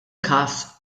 każ